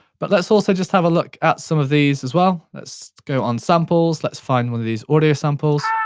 but let's also just have a look at some of these as well. let's go on samples, let's find one of these audio samples.